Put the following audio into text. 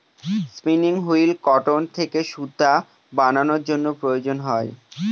spinning wheel cotton থেকে সুতা বানানোর জন্য প্রয়োজন হয়